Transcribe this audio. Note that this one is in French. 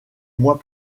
mois